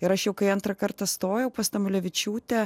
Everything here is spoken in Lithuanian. ir aš jau kai antrą kartą stojau pas tamulevičiūtę